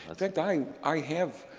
in fact, i i have,